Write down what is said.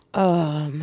i